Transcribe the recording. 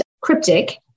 cryptic